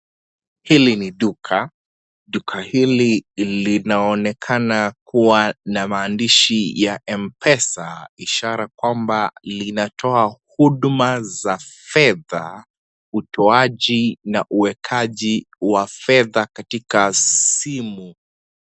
Hili ni duka. Duka hili linaonekana kuwa na maandishi ya mpesa ishara kwamba linatoa huduma za fedha, utoaji na uwekaji wa fedha katika simu.